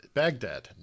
baghdad